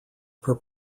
per